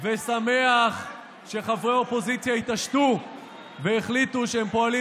ושמח שחברי האופוזיציה התעשתו והחליטו שהם פועלים